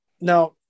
now